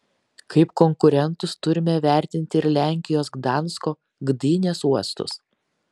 kaip konkurentus turime vertinti ir lenkijos gdansko gdynės uostus